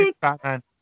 Batman